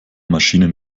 maschinen